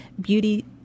beauty